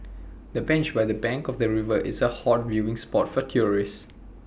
the bench by the bank of the river is A hot viewing spot for tourists